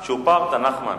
צ'ופרת, נחמן.